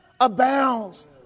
abounds